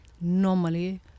normally